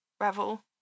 Revel